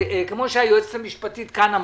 כמו שהיועצת המשפטית אמרה,